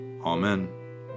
Amen